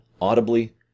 audibly